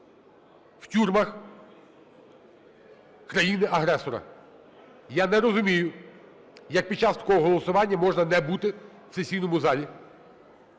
у тюрмах країни-агресора. Я не розумію, як під час такого голосування можна не бути в сесійному залі.